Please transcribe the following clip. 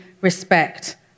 respect